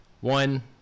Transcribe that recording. One